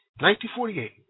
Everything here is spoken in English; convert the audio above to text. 1948